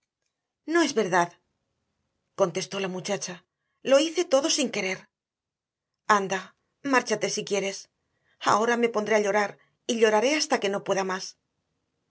no es verdad contestó la muchacha lo hice todo sin querer anda márchate si quieres ahora me pondré a llorar y lloraré hasta que no pueda más